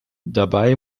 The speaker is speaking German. dabei